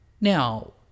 Now